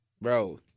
Bro